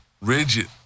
rigid